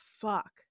fuck